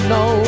no